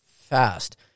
fast